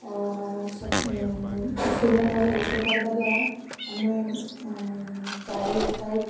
ସିଲିଣ୍ଡରରେ ରୋଷେଇ କରିବା ଦ୍ୱାରା ଆମେ ଚାରି ସାଇଟ୍